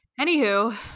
anywho